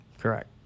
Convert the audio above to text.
correct